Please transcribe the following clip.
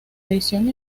edición